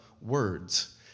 words